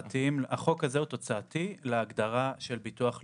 החוק הזה הוא תוצאתי להגדרה של ביטוח לאומי,